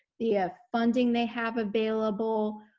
the ah funding they have available,